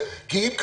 כי אם כך,